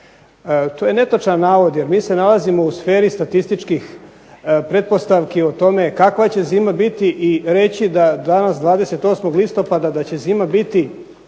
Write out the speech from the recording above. To je netočan navod, jer mi se nalazimo u sferi statističkih pretpostavki o tome kakva će zima biti i reći da danas 20. listopada da će zima biti